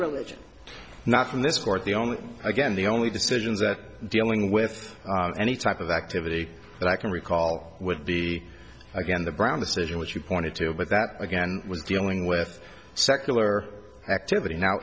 religion not from this court the only again the only decisions that dealing with any type of activity that i can recall would be again the brown decision which you pointed to but that again was dealing with secular activity now